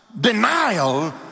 denial